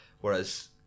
Whereas